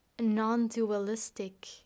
non-dualistic